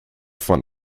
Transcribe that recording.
von